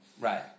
Right